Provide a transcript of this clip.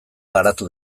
garatu